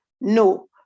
no